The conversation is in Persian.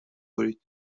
برید